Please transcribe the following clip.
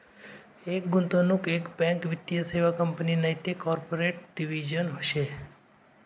एक गुंतवणूक बँक एक वित्तीय सेवा कंपनी नैते कॉर्पोरेट डिव्हिजन शे